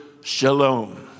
shalom